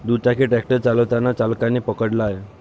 दुचाकी ट्रॅक्टर चालताना चालकाने पकडला आहे